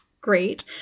great